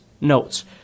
notes